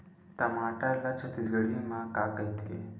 टमाटर ला छत्तीसगढ़ी मा का कइथे?